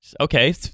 Okay